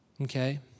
Okay